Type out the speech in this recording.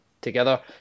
Together